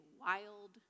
wild